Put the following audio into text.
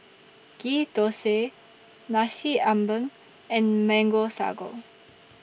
Ghee Thosai Nasi Ambeng and Mango Sago